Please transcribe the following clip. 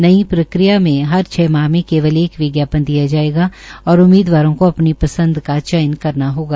नई प्रक्रिया में हर छ माह में केवल एक विज्ञापन दिया जायेगा और उम्मीदवारों को अपनी पसंद का चयन करना होगा